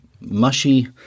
mushy